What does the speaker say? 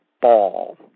Ball